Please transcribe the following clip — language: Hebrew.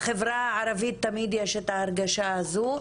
בחברה הערבית תמיד יש את ההרגשה הזו,